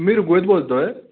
मी ऋग्वेद बोलतो आहे